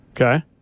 Okay